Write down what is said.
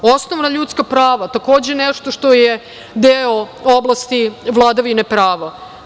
Osnovna ljudska prava, takođe nešto što je deo oblasti vladavine prava.